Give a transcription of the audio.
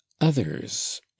others